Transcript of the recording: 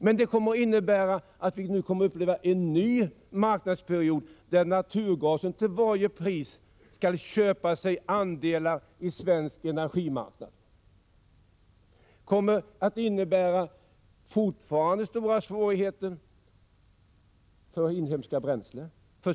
Men det kommer att innebära en ny marknadsperiod, där naturgasen till varje pris skall köpa sig andelar i svensk energimarknad. Det kommer fortfarande att vara stora svårigheter för inhemska bränslen.